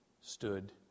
stood